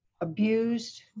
abused